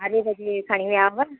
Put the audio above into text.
ॿारे बजे खणी विया हुआ